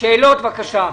שאלות בבקשה.